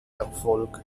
erfolg